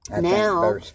Now